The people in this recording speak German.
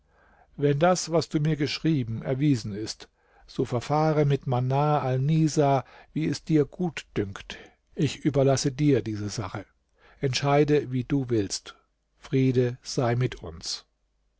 wenn das was du mir geschrieben erwiesen ist so verfahre mit manar alnisa wie es dir gutdünkt ich überlasse dir diese sache entscheide wie du willst friede sei mit uns